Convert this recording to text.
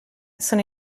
sono